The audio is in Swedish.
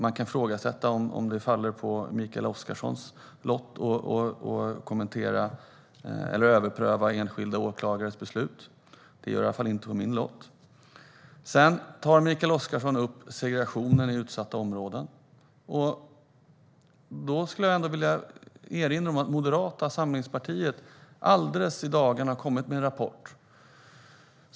Man kan ifrågasätta om det faller på Mikael Oscarssons lott att kommentera eller överpröva enskilda åklagares beslut. Det faller i alla fall inte på min. Sedan tar Mikael Oscarsson upp segregationen i utsatta områden. Då vill jag erinra om att Moderata samlingspartiet i dagarna har kommit med en rapport.